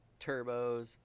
Turbos